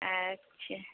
अच्छा